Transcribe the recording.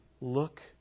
Look